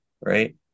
right